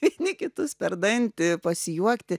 vieni kitus per dantį pasijuokti